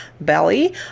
belly